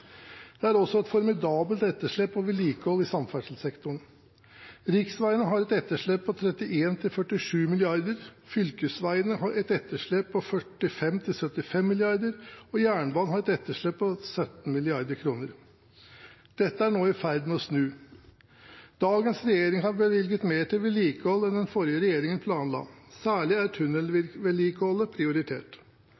Det er også et formidabelt etterslep på vedlikehold i samferdselssektoren. Riksveiene har et etterslep på 31–47 mrd. kr, fylkesveiene har et etterslep på 45–75 mrd. kr, og jernbanen har et etterslep på 17 mrd. kr. Dette er nå i ferd med å snu. Dagens regjering har bevilget mer til vedlikehold enn det den forrige regjeringen planla – særlig er tunnelvedlikeholdet prioritert.